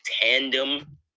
tandem